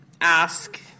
ask